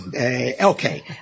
Okay